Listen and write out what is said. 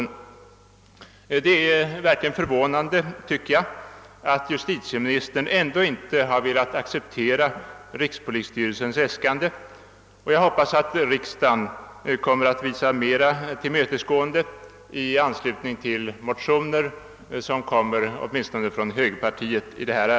Jag tycker verkligen att det är förvånande, att justitieministern ändå inte velat acceptera rikspolisstyrelsens äskande, och jag hoppas att riksdagen kommer att visa sig mera tillmötesgående vid behandlingen av motioner i detta ärende. Sådana kommer åtminstone från högerpartiet.